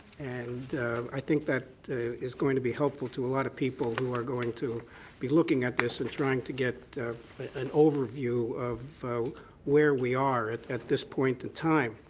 and i think that is going to be helpful to a lot of people who are going to be looking at this and trying to get an overview of where we are at at this point in time.